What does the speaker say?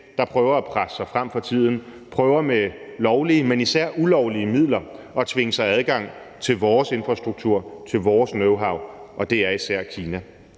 der prøver at presse sig frem for tiden og prøver med lovlige, men især ulovlige midler at tvinge sig adgang til vores infrastruktur og til vores knowhow, og det er især Kina.